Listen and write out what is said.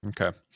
Okay